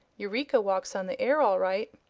eureka walks on the air all right.